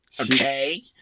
Okay